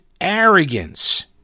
arrogance